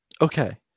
Okay